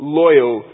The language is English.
loyal